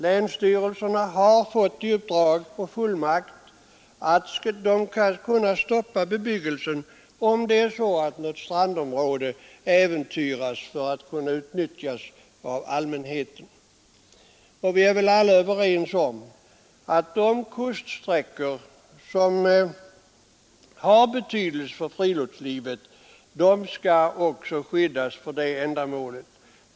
Länsstyrelserna har fått fullmakt att stoppa bebyggelse, om den skulle äventyra att något strandområde kunde utnyttjas av allmänheten. Vi är väl alla överens om att de kuststräckor som har betydelse för friluftslivet också skall bevaras för det ändamålet.